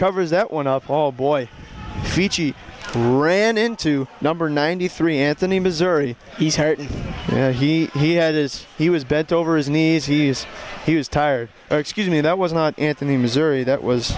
covers that one up all boy ran into number ninety three anthony missouri he he had his he was bent over his knees he is he was tired excuse me that was not anthony missouri that was